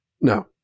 no